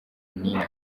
nina